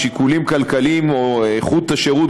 משיקולים כלכליים או איכות השירות,